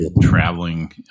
traveling